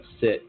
sit